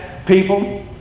People